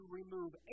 remove